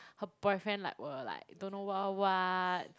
her boyfriend like will like don't know what what what